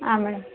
ಹಾಂ ಮೇಡಮ್